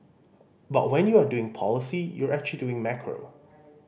but when you are doing policy you're actually doing macro